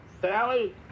sally